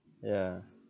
ya